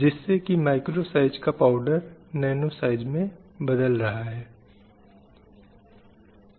जो इस प्रकार समाज में घटित होता है जब हम पुरुष की बात करते हैं